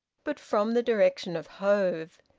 but from the direction of hove.